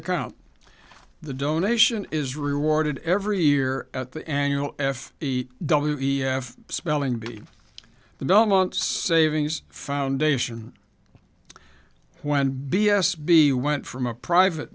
account the donation is rewarded every year at the annual f t w e f spelling bee the belmont savings foundation when b s b went from a private